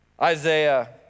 Isaiah